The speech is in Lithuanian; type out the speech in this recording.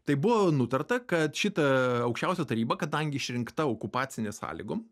tai buvo nutarta kad šitą aukščiausią tarybą kadangi išrinkta okupacinės sąlygom